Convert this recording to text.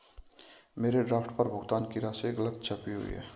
मेरे ड्राफ्ट पर भुगतान की राशि गलत छपी हुई है